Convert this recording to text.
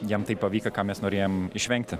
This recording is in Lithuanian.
jiem tai pavyko ką mes norėjom išvengti